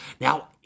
Now